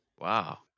Wow